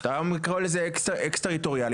אתה קורא לזה אקס-טריטוריאלי,